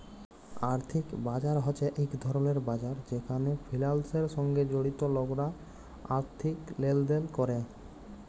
আর্থিক বাজার হছে ইক ধরলের বাজার যেখালে ফিলালসের সঙ্গে জড়িত লকরা আথ্থিক লেলদেল ক্যরে